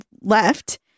left